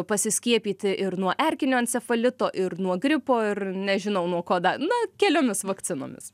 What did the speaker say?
pasiskiepyti ir nuo erkinio encefalito ir nuo gripo ir nežinau nuo ko da na keliomis vakcinomis